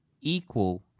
equal